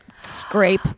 scrape